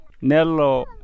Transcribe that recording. Nello